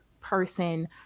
person